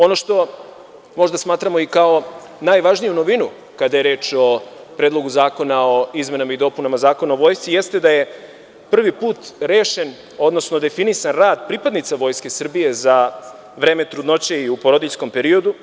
Ono što možda smatramo i kao najvažniju novinu kada je reč o Predlogu zakona o izmenama i dopunama Zakona o Vojsci, jeste da je prvi put rešen, odnosno definisan rad pripadnica Vojske Srbije za vreme trudnoće i u porodiljskom periodu.